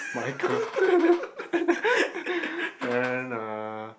Michael then uh